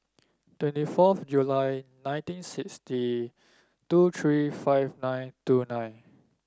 twenty fourth July nineteen sixty two three five nine two nine